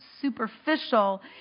superficial